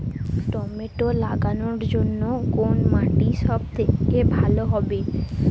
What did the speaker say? Tomato লাগানোর জন্যে কোন মাটি সব থেকে ভালো হবে?